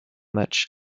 match